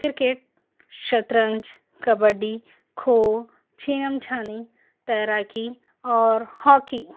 cricket شطرنج کبڈی کھو چھینم چھانی تیراکی اور ہاکی